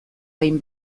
behin